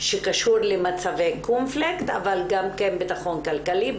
שקשור למצבי קונפליקט אבל גם כן בטחון כלכלי,